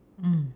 mm